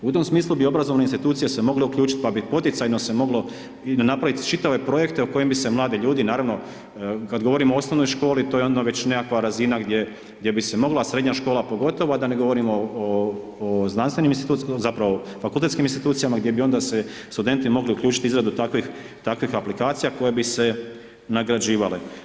U tom smislu bi obrazovne institucije se mogle uključiti pa bi poticajno se moglo napraviti čitave projekte u kojima bi se mladi ljudi, naravno, kad govorimo o osnovnoj školi, to je onda već nekakva razina gdje bi se mogla, srednja škola pogotovo, a da ne govorim o znanstvenim zapravo fakultetskim institucijama, gdje bi onda se studenti se mogli uključiti u izradu takvih aplikacija, koje bi se nagrađivale.